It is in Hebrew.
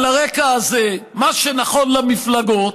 על הרקע הזה, מה שנכון למפלגות,